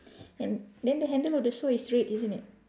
and then the handle of the saw is red isn't it